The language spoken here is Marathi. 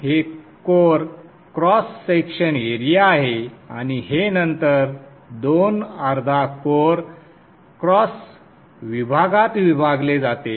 हे कोअर क्रॉस सेक्शन एरिया आहे आणि हे नंतर दोन अर्धा कोअर क्रॉस विभागात विभागले जाते